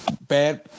bad